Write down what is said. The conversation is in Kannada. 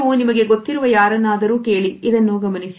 ನೀವು ನಿಮಗೆ ಗೊತ್ತಿರುವ ಯಾರನ್ನಾದರೂ ಕೇಳಿ ಇದನ್ನು ಗಮನಿಸಿ